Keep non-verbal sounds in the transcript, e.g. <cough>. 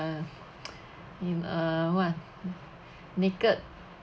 <noise> in a what naked